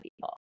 people